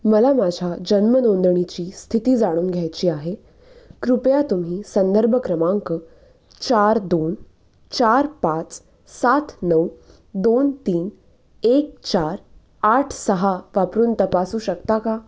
मला माझ्या जन्म नोंदणीची स्थिती जाणून घ्यायची आहे कृपया तुम्ही संदर्भ क्रमांक चार दोन चार पाच सात नऊ दोन तीन एक चार आठ सहा वापरून तपासू शकता का